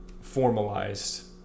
formalized